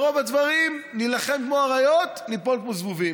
ברוב הדברים נילחם כמו אריות, ניפול כמו זבובים,